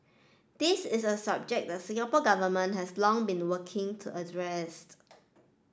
this is a subject the Singapore Government has long been working to addressed